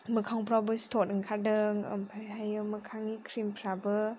मोखांफोरावबो सिथर ओंखारदों ओमफ्रायहाय मोखांनि क्रिम फोराबो